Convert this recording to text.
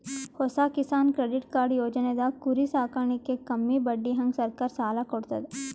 ಹೊಸ Kisan credit card ಯೋಜನೆದಾಗ್ ಕುರಿ ಸಾಕಾಣಿಕೆಗ್ ಕಮ್ಮಿ ಬಡ್ಡಿಹಂಗ್ ಸರ್ಕಾರ್ ಸಾಲ ಕೊಡ್ತದ್